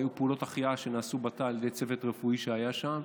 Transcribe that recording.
היו פעולות החייאה שנעשו בתא על ידי צוות רפואי שהיה שם.